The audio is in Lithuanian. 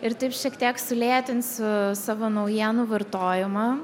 ir taip šiek tiek sulėtinsiu savo naujienų vartojimą